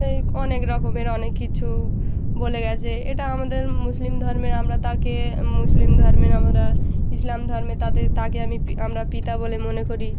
এই অনেক রকমের অনেক কিছু বলে গিয়েছে এটা আমাদের মুসলিম ধর্মে আমরা তাকে মুসলিম ধর্মের আমরা ইসলাম ধর্মে তাকে আমি আমরা পিতা বলে মনে করি